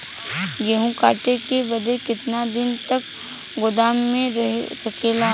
गेहूँ कांटे के बाद कितना दिन तक गोदाम में रह सकेला?